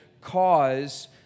cause